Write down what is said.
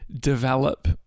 develop